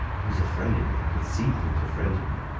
he was afraid of me, and i could see that he was afraid of me,